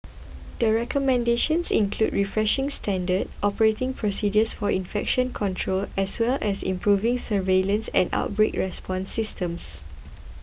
the recommendations include refreshing standard operating procedures for infection control as well as improving surveillance and outbreak response systems